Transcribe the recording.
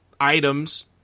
items